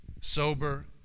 sober